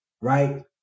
Right